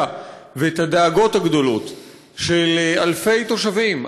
ואת הדאגות הגדולות של אלפי תושבים,